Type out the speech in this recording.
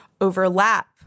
overlap